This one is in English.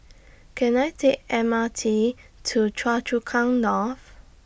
Can I Take M R T to Choa Chu Kang North